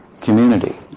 community